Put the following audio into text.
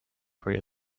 career